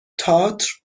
تئاتر